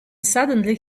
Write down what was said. suddenly